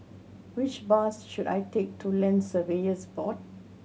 which bus should I take to Land Surveyors Board